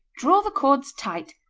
draw the cords tight,